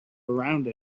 around